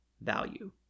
value